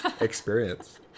experience